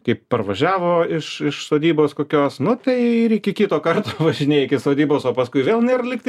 kaip parvažiavo iš sodybos kokios nu tai ir iki kito karto važinėja iki sodybos o paskui vėl nėr lygtai prasmės plaut